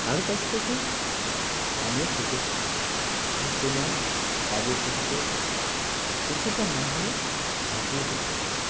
তার কাছ থেকে আমিও শিখেছি যে কোনো কাজের ক্ষেত্রে পিছুপা না হয়ে ঝাঁপিয়ে পড়তে হবে